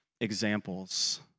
examples